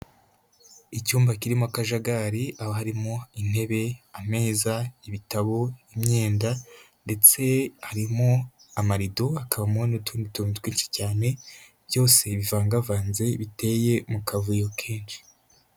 Icyumba kirimo akajagari aho harimo intebe, ameza, ibitabo, imyenda ndetse harimo amarido. Hakabamo n'utundi tuntu twinshi cyane byose bivangavanze biteye mu kavuyo kenshi.